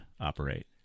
Operate